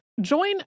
Join